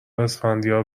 اسفندیار